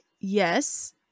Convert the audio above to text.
Yes